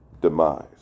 demise